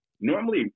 Normally